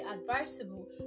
advisable